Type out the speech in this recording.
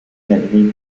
henry